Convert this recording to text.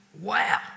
Wow